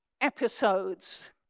episodes